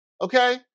okay